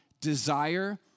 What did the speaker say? desire